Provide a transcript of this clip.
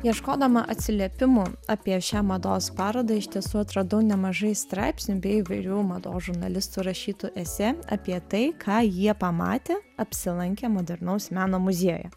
ieškodama atsiliepimų apie šią mados parodą iš tiesų atradau nemažai straipsnių bei įvairių mados žurnalistų rašytojų esė apie tai ką jie pamatė apsilankę modernaus meno muziejuje